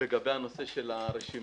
לגבי נושא הרשימה.